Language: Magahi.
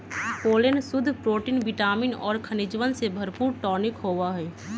पोलेन शुद्ध प्रोटीन विटामिन और खनिजवन से भरपूर टॉनिक होबा हई